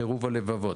את קירוב הלבבות.